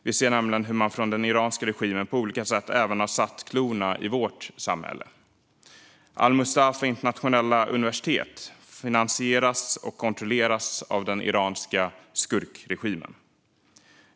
Vi ser nämligen hur man från den iranska regimen på olika sätt även har satt klorna i vårt samhälle. Al-Mustafa International University finansieras och kontrolleras av den iranska skurkregimen.